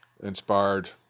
inspired